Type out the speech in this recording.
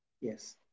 yes